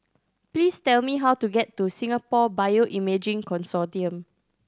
please tell me how to get to Singapore Bioimaging Consortium